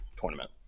tournament